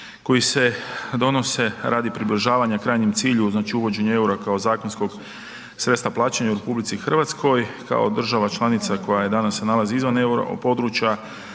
koji se donose radi približavanja krajnjem cilju, znači uvođenju EUR-a kao zakonskog sredstva plaćanja u RH, kao država članica koja je, danas se nalazi izvan Europodručja,